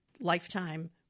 lifetime